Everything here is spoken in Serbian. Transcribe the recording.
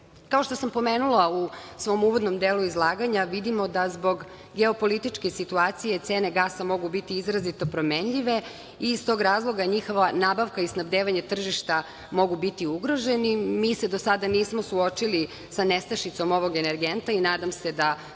što sam pomenula u svom uvodnom delu izlaganja, vidimo da zbog geopolitičke situacije cene gasa mogu biti izrazito promenljive iz tog razloga njihova nabavka i snabdevanje tržišta mogu biti ugroženi. Mi se do sada nismo suočili sa nestašicom ovog energenata i nadam se da